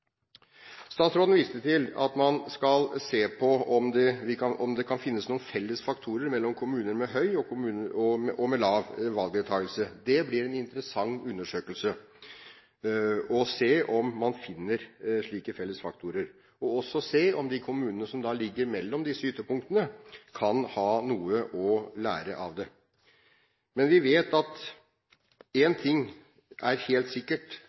Statsråden viste til at man skal se på om det kan finnes noen felles faktorer mellom kommuner med høy og kommuner med lav valgdeltakelse. Det blir interessant å se om man finner slike felles faktorer, og også å se om de kommunene som ligger mellom disse ytterpunktene, kan ha noe å lære av det. Men vi vet at én ting er et sikkert